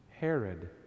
Herod